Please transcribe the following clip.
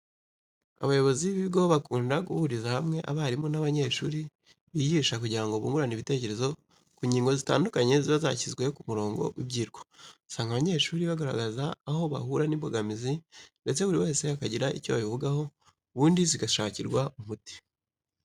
Abayobozi b'ibigo bakunda guhuriza hamwe abarimu n'abanyeshuri bigisha kugira ngo bungurane ibitekereza ku ngingo zitandukanye ziba zashyizwe ku murongo w'ibyigwa. Usanga abanyeshuri bagaragaza aho bahura n'imbogamizi ndetse buri wese akagira icyo abivugaho, ubundi zigashakirwa umuti.